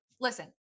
listen